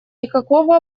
никакого